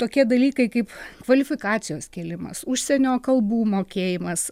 tokie dalykai kaip kvalifikacijos kėlimas užsienio kalbų mokėjimas